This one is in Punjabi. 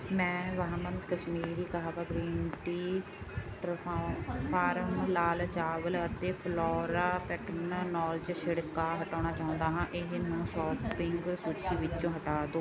ਮੈਂ ਵਾਹਦਮ ਕਸ਼ਮੀਰੀ ਕਾਹਵਾ ਗ੍ਰੀਨ ਟੀ ਟਰਫਾਉ ਫਾਰਮ ਲਾਲ ਚਾਵਲ ਅਤੇ ਫਲੋਰਾ ਪੈਟਰਨ ਨੋਲਜ਼ ਛਿੜਕਾਅ ਹਟਾਉਣਾ ਚਾਹੁੰਦਾ ਹਾਂ ਇਹ ਨੂੰ ਸ਼ੋਪਿੰਗ ਸੂਚੀ ਵਿੱਚੋਂ ਹਟਾ ਦਿਓ